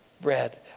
bread